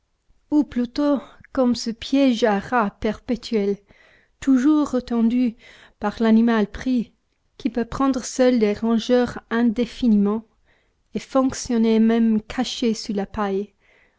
ou plutôt comme ce piège à rats perpétuel toujours retendu par l'animal pris qui peut prendre seul des rongeurs indéfiniment et fonctionner même caché sous la paille